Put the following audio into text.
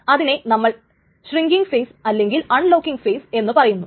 അതിനെ നമ്മൾ shrinking phase അല്ലെങ്കിൽ അൺലോക്കിംങ് ഫേസ് എന്നു പറയുന്നു